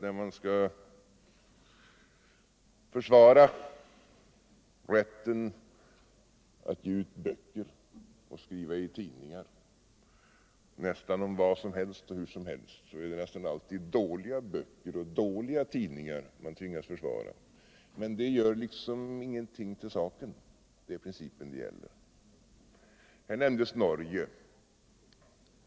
När man skall försvara rätten att ge ut böcker och skriva i tidningar, nästan om vad som helst och hur som helst, är det tyvärr så gott som alltid dåliga böcker och dåliga tidningar man tvingats försvara. Men det gör ingenting till saken — det är principen det gäller. Här nämndes Norge.